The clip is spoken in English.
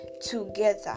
together